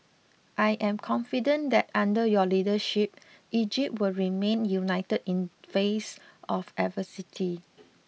I am confident that under your leadership Egypt will remain united in face of adversity